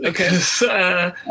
Okay